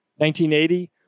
1980